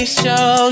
show